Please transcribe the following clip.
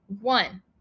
One